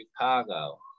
Chicago